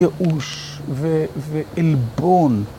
יאוש ועלבון.